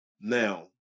Now